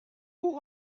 pour